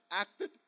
acted